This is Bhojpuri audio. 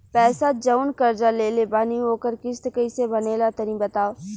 पैसा जऊन कर्जा लेले बानी ओकर किश्त कइसे बनेला तनी बताव?